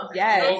yes